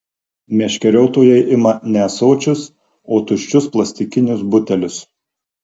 meškeriotojai ima ne ąsočius o tuščius plastikinius butelius